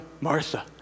Martha